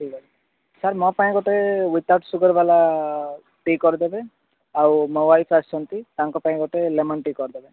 ଠିକ୍ ଅଛି ସାର୍ ମୋ ପାଇଁ ଗୋଟେ ୱିଦଆଉଟ୍ ସୁଗର୍ ୱାଲା ଟି କରିଦେବେ ଆଉ ମୋ ୱାଇଫ୍ ଆସିଛନ୍ତି ତାଙ୍କ ପାଇଁ ଗୋଟେ ଲେମନ୍ ଟି କରିଦେବେ